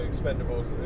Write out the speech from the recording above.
Expendables